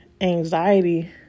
anxiety